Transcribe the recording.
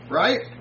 right